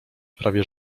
prawie